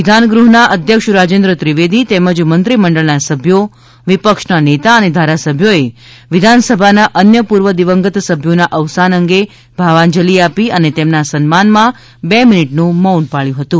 વિધાનગૃહના અધ્યક્ષ રાજેન્દ્ર ત્રિવેદી તેમજ મંત્રીમંડળના સભ્યો વિપક્ષના નેતા અને ધારાસભ્યોએ વિધાનસભાના અન્ય પૂર્વ દિવંગત સભ્યોના અવસાન અંગે ભાવાંજલિ આપી હતી અને તેમના સન્માનમાં બે મિનિટનું મૌન પાબ્યું હતું